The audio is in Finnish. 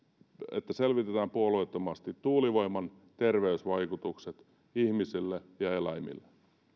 että selvitetään puolueettomasti tuulivoiman terveysvaikutukset ihmisille ja eläimille